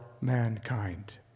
mankind